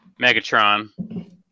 Megatron